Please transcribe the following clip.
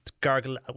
gargle